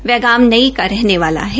वह गांव नई का रहने वाला है